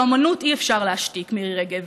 את האומנות אי-אפשר להשתיק, מירי רגב.